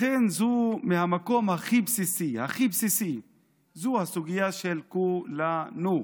לכן מהמקום הכי בסיסי זו סוגיה של כולנו,